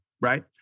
right